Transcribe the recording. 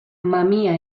mamia